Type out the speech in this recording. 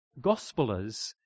gospelers